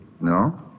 No